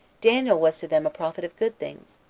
daniel was to them a prophet of good things,